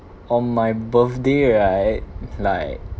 on my birthday right like